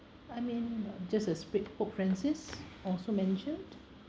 I mean just a pope francis also mentioned